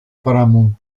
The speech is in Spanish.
paramount